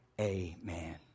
Amen